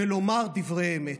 ולומר דברי אמת.